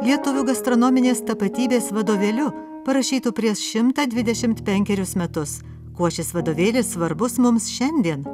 lietuvių gastronominės tapatybės vadovėliu parašytu prieš šimtą dvidešimt penkerius metus kuo šis vadovėlis svarbus mums šiandien